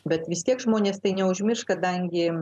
bet vis tiek žmonės tai neužmirš kadangi